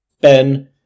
Ben